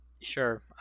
Sure